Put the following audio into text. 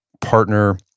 partner